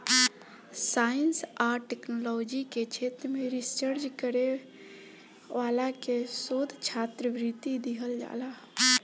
science आ technology के क्षेत्र में रिसर्च करे वाला के शोध छात्रवृत्ति दीहल जाला